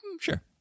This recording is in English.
Sure